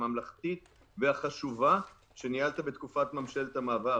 הממלכתית והחשובה שניהלת בתקופת ממשלת המעבר.